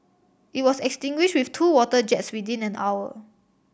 it was extinguished with two water jets within an hour